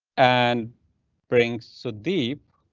an brings so deep.